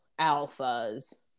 alphas